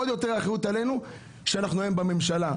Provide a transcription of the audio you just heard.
עוד יותר האחריות עלינו שאנחנו היום בממשלה.